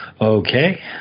Okay